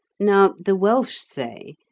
now the welsh say,